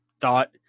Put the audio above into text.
thought